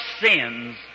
sins